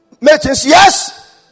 yes